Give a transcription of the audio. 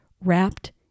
wrapped